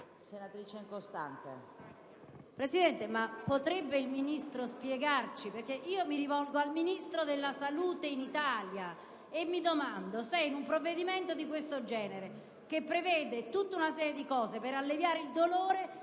Presidente, potrebbe il Ministro spiegarci? Mi rivolgo al Ministro della salute in Italia e mi domando se, in un provvedimento di questo genere, che prevede tutta una serie di cose per alleviare il dolore,